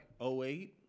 08